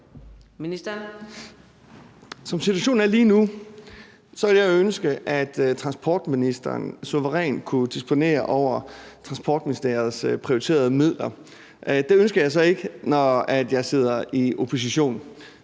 Som situationen er lige nu, ville jeg ønske, at transportministeren suverænt kunne disponere over Transportministeriets prioriterede midler. Det ønsker jeg så ikke, når jeg sidder i opposition.